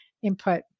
Input